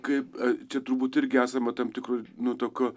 kaip čia turbūt irgi esama tam tikroi nu tokio